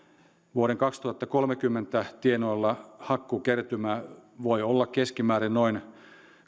vuoden kaksituhattakolmekymmentä tienoilla hakkuukertymä voi olla keskimäärin noin